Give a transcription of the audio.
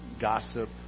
gossip